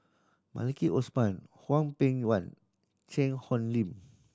Maliki Osman Hwang Peng Yuan Cheang Hong Lim